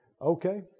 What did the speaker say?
Okay